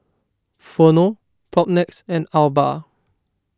Vono Propnex and Alba